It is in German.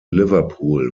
liverpool